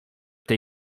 tej